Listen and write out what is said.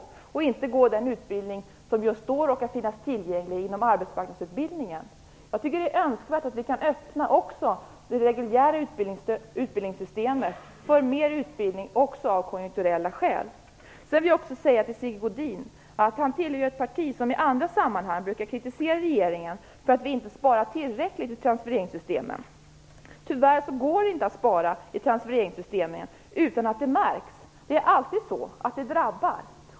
Man skall inte bara behöva gå den utbildning som just då råkar finnas tillgänglig inom arbetsmarknadsutbildningen. Jag tycker att det är önskvärt att vi kan öppna det reguljära utbildningssystemet för utbildning också av konjunkturella skäl. Sigge Godin tillhör ju ett parti som i andra sammanhang brukar kritisera regeringen för att vi inte sparar tillräckligt i transfereringssystemen. Tyvärr går det inte att spara i transfereringssystemen utan att det märks. Det drabbar alltid.